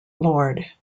lord